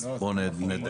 אז בואו נדייק.